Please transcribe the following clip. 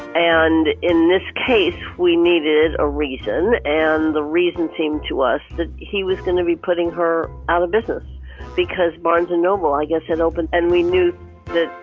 and in this case, we needed a reason. and the reason seemed to us that he was going to be putting her out of business because barnes and noble, i guess, is open and we knew that,